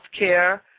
healthcare